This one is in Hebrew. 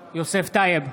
טייב,